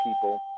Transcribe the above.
people